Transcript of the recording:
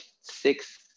six